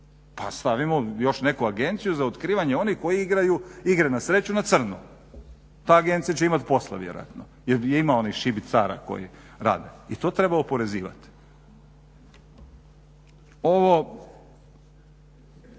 pa stavimo još neku agenciju za otkrivanje onih koji igraju igre na sreću na crno. Ta agencija će imati posla vjerojatno jer ima onih šibicara koji rade i to treba oporezivati. Ovo